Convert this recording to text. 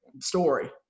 story